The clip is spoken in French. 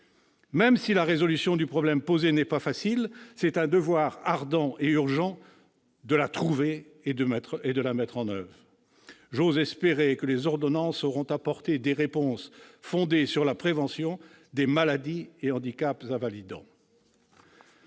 Même si résoudre le problème posé n'est pas facile, c'est un devoir ardent et urgent d'en trouver la solution et de la mettre en oeuvre. J'ose espérer que les ordonnances sauront apporter des réponses fondées sur la prévention des maladies et handicaps invalidants.